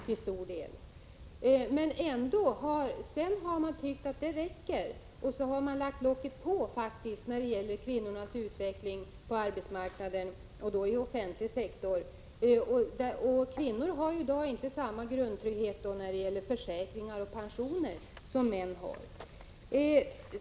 Men sedan har man tyckt att den här uppbyggnaden varit tillräcklig, och så har man ”lagt locket på” när det gäller kvinnornas utveckling på arbetsmarknaden inom den offentliga sektorn. Till detta kommer att kvinnor i dag inte har samma grundtrygghet när det gäller försäkringar och pensioner som män.